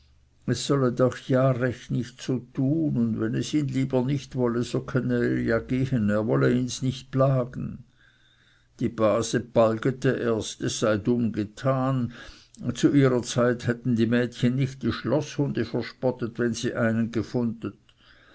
es solle doch ja recht nicht so tun und wenn es ihn lieber nicht wolle so könne er ja gehen er wolle ihns nicht plagen die base balgete erst es sei dumm getan zu ihrer zeit hätten die mädchen nicht die schloßhunde verspottet wenn sie einen gefunden